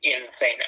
insane